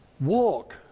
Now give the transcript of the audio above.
Walk